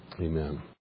Amen